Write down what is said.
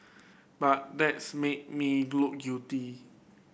but that's make me look guilty